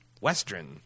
western